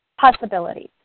Possibilities